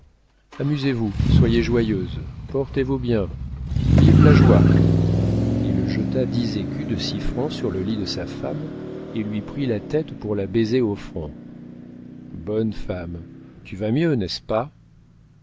amusez-vous soyez joyeuses portez-vous bien vive la joie il jeta dix écus de six francs sur le lit de sa femme et lui prit la tête pour la baiser au front bonne femme tu vas mieux n'est-ce pas